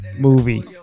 Movie